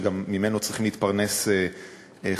שגם ממנו צריכים להתפרנס חקלאים